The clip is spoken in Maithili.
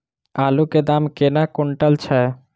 आलु केँ दाम केना कुनटल छैय?